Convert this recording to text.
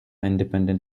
independent